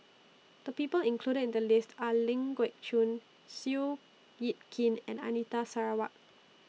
The People included in The list Are Ling Geok Choon Seow Yit Kin and Anita Sarawak